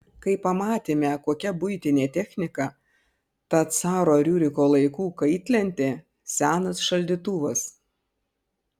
kai pamatėme kokia buitinė technika ta caro riuriko laikų kaitlentė senas šaldytuvas